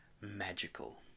magical